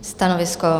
Stanovisko?